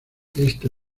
este